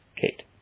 Kate